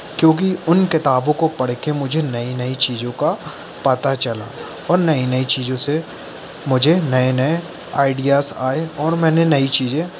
क्योंकि उन किताबों को पढ़ के मुझे नई नई चीज़ों का पता चला और नई नई चीज़ों से मुझे नए नए आइडियाज़ आए और मैंने नई चीज़ें